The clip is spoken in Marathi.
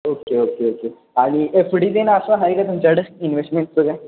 ओके ओके ओके आणि एफडीन असं हा आहे का तुमच्याकडेच इन्व्हेस्टमेंट